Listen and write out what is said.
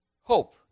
Hope